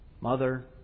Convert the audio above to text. Mother